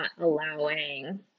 allowing